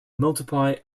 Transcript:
multiply